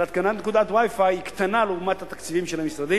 התקנת נקודת Wi-Fi היא קטנה לעומת התקציבים של המשרדים,